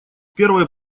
первой